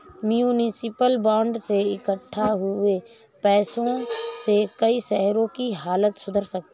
municipal bond से इक्कठा हुए पैसों से कई शहरों की हालत सुधर सकती है